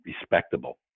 respectable